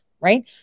right